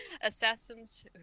Assassins